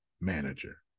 manager